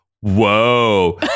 whoa